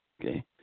okay